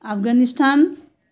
Afghanistan